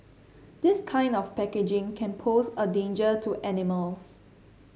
this kind of packaging can pose a danger to animals